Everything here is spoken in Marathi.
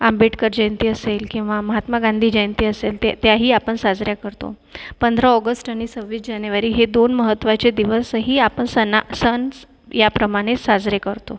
आंबेडकर जयंती असेल किंवा महात्मा गांधी जयंती असेल ते त्याही आपण साजऱ्या करतो पंधरा ऑगस्ट आणि सव्वीस जानेवारी हे दोन महत्वाचे दिवसही आपण सणा सण याप्रमाणे साजरे करतो